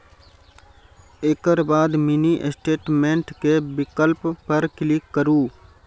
एकर बाद mini statement के विकल्प पर क्लिक करू